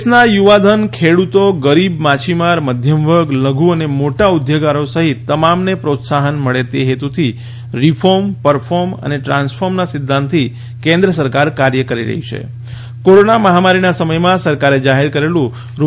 દેશના યુવાધન ખેડૂતો ગરીબ માછીમાર મધ્યમ વર્ગ લઘુ અને મોટા ઉદ્યોગકારો સહિત તમામને પ્રોત્સાહન મળે તે હેતુથી રીફોર્મ પરફોર્મ ટ્રાન્સફોર્મના સિદ્ધાંતથી કેન્દ્ર સરકાર કાર્ય કરી રહી છે કોરોના મહામારીના સમયમાં સરકારે જાહેર કરેલું રૂ